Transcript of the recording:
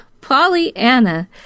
Pollyanna